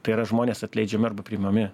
tai yra žmonės atleidžiami arba priimami